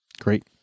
Great